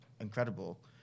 incredible